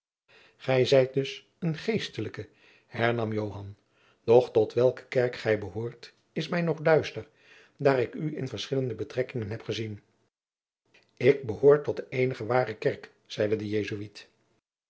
gij zijt dus een geestelijke hernam joan doch tot welke kerk gij behoort is mij nog duister daar ik u in verschillende betrekkingen heb gezien jacob van lennep de pleegzoon ik behoor tot de eenige ware kerk zeide de jesuit